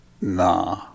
nah